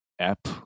app